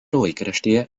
laikraštyje